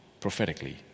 prophetically